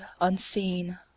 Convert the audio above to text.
unseen